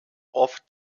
oft